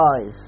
eyes